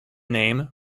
name